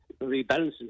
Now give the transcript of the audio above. rebalancing